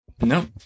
No